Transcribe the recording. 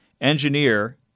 Engineer